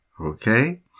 Okay